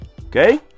Okay